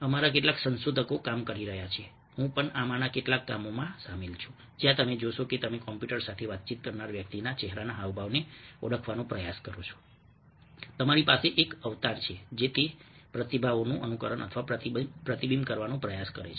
અમારા કેટલાક સંશોધકો કામ કરી રહ્યા છે હું પણ આમાંના કેટલાક કામમાં સામેલ છું જ્યાં તમે જોશો કે તમે કોમ્પ્યુટર સાથે વાતચીત કરનાર વ્યક્તિના ચહેરાના હાવભાવને ઓળખવાનો પ્રયાસ કરો છો તમારી પાસે એક અવતાર છે જે તે પ્રતિભાવોનું અનુકરણ અથવા પ્રતિબિંબ કરવાનો પ્રયાસ કરે છે